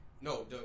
No